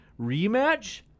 rematch